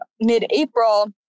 mid-April